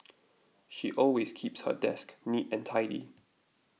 she always keeps her desk neat and tidy